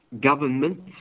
governments